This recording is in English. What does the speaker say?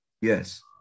Yes